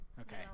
Okay